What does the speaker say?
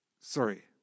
Sorry